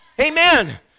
amen